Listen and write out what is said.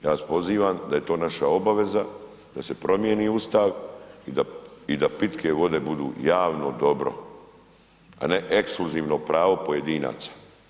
Ja vas pozivam da je to naša obaveza, da se promijeni Ustav i da pitke vode budu javno dobro a ne ekskluzivno pravo pojedinaca.